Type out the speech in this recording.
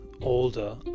older